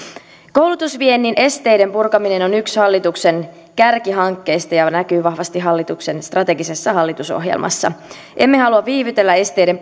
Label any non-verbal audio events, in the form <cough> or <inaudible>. koulutusviennin esteiden purkaminen on yksi hallituksen kärkihankkeista ja näkyy vahvasti hallituksen strategisessa hallitusohjelmassa emme halua viivytellä esteiden <unintelligible>